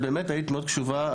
את באמת היית מאוד קשובה,